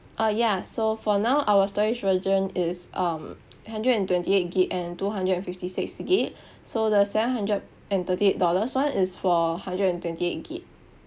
ah ya so for now our storage version is um hundred and twenty eight gig and two hundred and fifty six gig so the seven hundred and thirty eight dollars [one] is for hundred and twenty eight gig